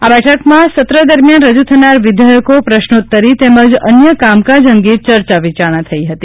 આ બેઠકમાં સત્ર દરમિયાન રજુ થનારા વિધેયકો પ્રશ્નોતરી તેમજ અન્ય કામકાજ અંગે ચર્ચા વિચારણા થઇ હતી